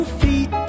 feet